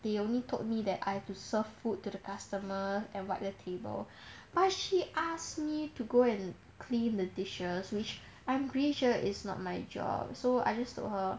they only told me that I have to serve food to the customer and wipe the table but she ask me to go and clean the dishes which I'm pretty sure it's not my job so I just told her